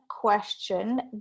question